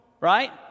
right